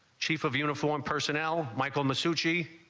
chief of uniformed personnel. michael masucci,